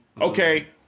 okay